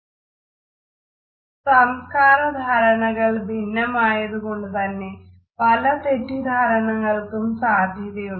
" സംസ്കാര ധാരണകൾ ഭിന്നമായതു കൊണ്ടുതന്നെ പല തെറ്റിദ്ധാരണകൾക്കും സാധ്യതയുണ്ട്